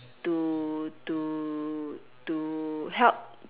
to to to help